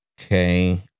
Okay